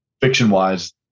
fiction-wise